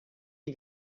you